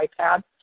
iPad